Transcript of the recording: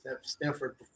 Stanford